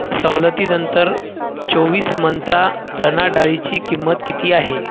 सवलतीनंतर चोवीस मंत्रा चणा डाळीची किंमत किती आहे